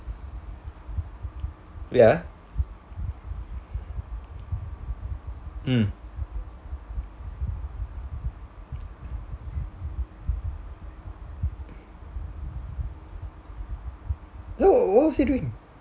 ya mm so what was he doing